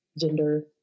gender